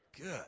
Good